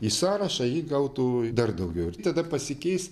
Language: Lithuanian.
į sąrašą ji gautų dar daugiau ir tada pasikeis